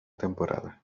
temporada